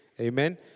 amen